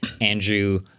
Andrew